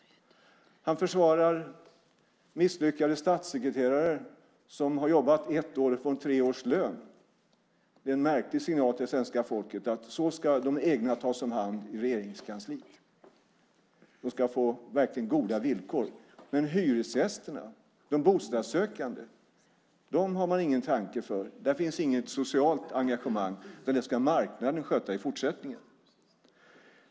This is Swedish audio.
Han försvarar misslyckade statssekreterare som har jobbat ett år och får tre års lön. Det är en märklig signal till svenska folket - så ska de egna tas om hand i Regeringskansliet, och de ska få verkligen goda villkor. Men hyresgästerna, de bostadssökande, har man ingen tanke på. Där finns inget socialt engagemang, utan det ska marknaden sköta i fortsättningen.